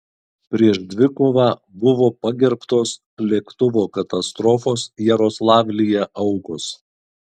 prieš dvikovą buvo pagerbtos lėktuvo katastrofos jaroslavlyje aukos